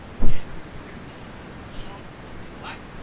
pandering to their needs, showing them what they like,